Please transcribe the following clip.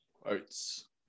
quotes